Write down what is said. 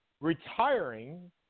retiring